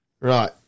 Right